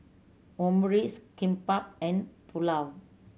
Omurice Kimbap and Pulao